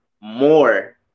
more